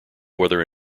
whether